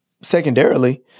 Secondarily